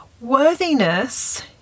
worthiness